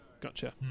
Gotcha